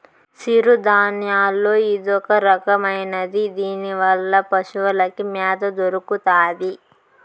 సిరుధాన్యాల్లో ఇదొరకమైనది దీనివల్ల పశులకి మ్యాత దొరుకుతాది